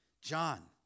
John